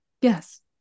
Yes